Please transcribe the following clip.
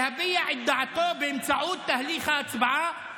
להביע את דעתו באמצעות תהליך ההצבעה,